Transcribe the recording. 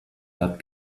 that